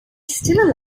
still